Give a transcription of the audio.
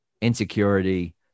insecurity